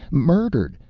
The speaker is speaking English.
murdered!